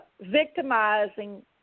victimizing